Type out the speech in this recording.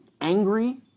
angry